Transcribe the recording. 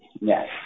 Yes